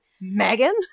Megan